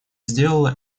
сделала